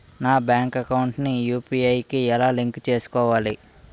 నా bank account ని UPI కి ఎలా లింక్ చేసుకోవాలి?